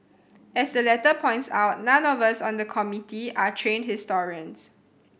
as the letter points out none of us on the Committee are trained historians